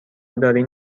دارین